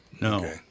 No